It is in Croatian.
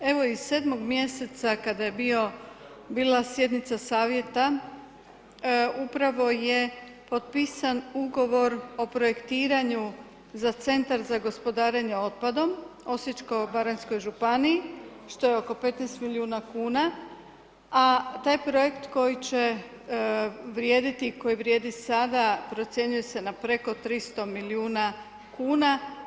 Evo iz 7.mj kada je bila sjednica savjeta, upravo je potpisan ugovor o projektiranju za Centar za gospodarenje otpadom Osječko-baranjskoj županiji što je oko 15 milijuna kuna a taj projekt koji će vrijediti i koji vrijedi sada procjenjuje se na preko 300 milijuna kuna.